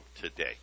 today